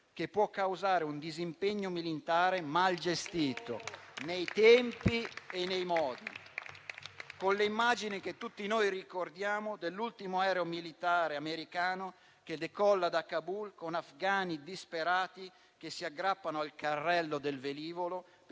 che può causare un disimpegno militare mal gestito nei tempi e nei modi, con le immagini, che tutti noi ricordiamo, dell'ultimo aereo militare americano che decolla da Kabul con afghani disperati che si aggrappano al carrello del velivolo,